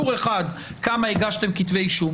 טור אחד כמה הגשתם כתבי אישום,